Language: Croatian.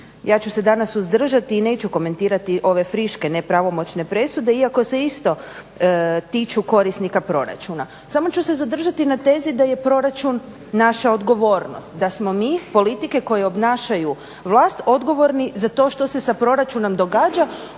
Ja ću se danas suzdržati i neću komentirati ove friške nepravomoćne presude iako se isto tiču korisnika proračuna. Samo ću se zadržati na tezi da je proračun naša odgovornost, da smo mi, politike koje obnašaju vlast, odgovorni za to što se sa proračunom događa